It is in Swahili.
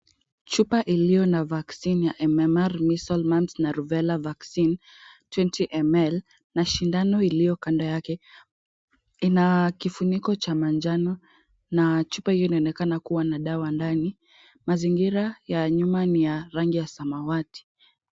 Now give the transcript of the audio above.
Chupa iliyo na vaccine ya MMR measles, mumps na rubela vaccine twenty ml na sindano iliyo kando yake. Ina kifuniko cha manjano na chupa hiyo inaonekana kuwa na dawa ndani. Mazingira ya nyuma ni ya rangi ya samawati.